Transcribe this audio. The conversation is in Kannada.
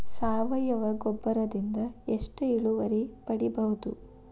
ಸಾವಯವ ಗೊಬ್ಬರದಿಂದ ಎಷ್ಟ ಇಳುವರಿ ಪಡಿಬಹುದ?